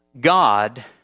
God